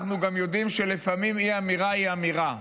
אנחנו גם יודעים שלפעמים אי-אמירה היא אמירה,